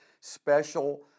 special